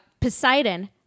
Poseidon